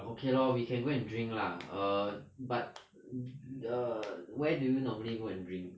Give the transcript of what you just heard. okay lor we can go and drink lah err but the where do you normally go and drink